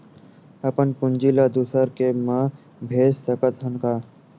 अपन पूंजी ला दुसर के मा भेज सकत हन का?